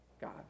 God